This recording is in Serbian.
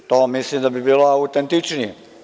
To mislim da bi bilo autentičnije.